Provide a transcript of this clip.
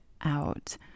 out